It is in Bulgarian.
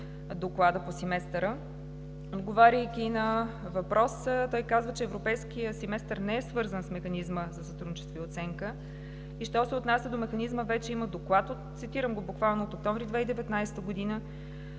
Доклада по Семестъра. Отговаряйки на въпрос, той каза, че Европейският семестър не е свързан с Механизма за сътрудничество и оценка и що се отнася до Механизма – вече има доклад, цитирам го буквално, от месец октомври 2019 г.